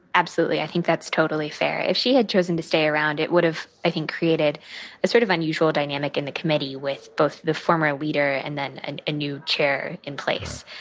absolutely, i think that's totally fair. if she had chosen to stay around, it would have, i think, created a sort of unusual dynamic in the committee, with both the former leader and then and a new chair in place.